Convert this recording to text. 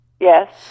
Yes